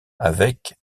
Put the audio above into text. avec